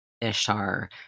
ishtar